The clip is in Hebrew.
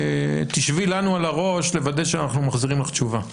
תשבי לנו על הראש לוודא שאנחנו מחזירים לך תשובה.